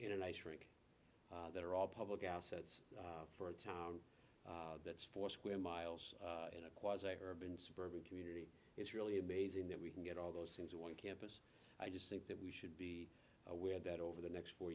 in an ice rink that are all public assets for a town that's four square miles in a quasi urban suburban community it's really amazing that we can get all those things on campus i just think that we should aware that over the next four